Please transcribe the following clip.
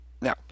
Now